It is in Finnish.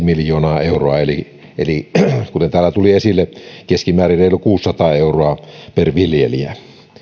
miljoonaa euroa eli eli kuten täällä tuli esille keskimäärin reilut kuusisataa euroa per viljelijä